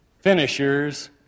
Finishers